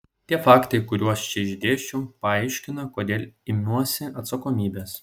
tie faktai kuriuos čia išdėsčiau paaiškina kodėl imuosi atsakomybės